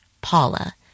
Paula